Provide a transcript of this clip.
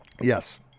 Yes